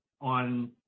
on